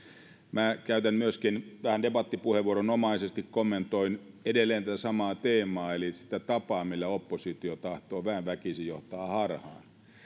minä vähän debattipuheenvuoronomaisesti myöskin kommentoin edelleen tätä samaa teemaa eli sitä tapaa millä oppositio tahtoo väen väkisin johtaa harhaan